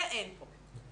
זה אין פה.